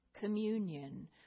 communion